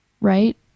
right